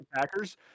Packers